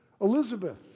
Elizabeth